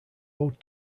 owed